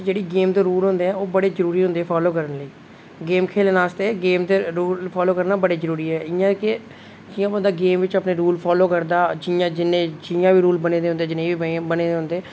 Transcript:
ते जेहड़ी गेम दे रूल होंदे ऐ ओह् बड़े जरुरी होंदे ऐ फालो करने लेई गेम खेलने आस्तै गेम दे रूल फालो करना बड़े जरुरी ऐ कि'यां कि जेहडा बंदा गेम बिच अपने रूल फालो करदा जि'यां जिन्ने जि'यां बी रूल बने दे होंदे जनेहे बी बने दे होंदे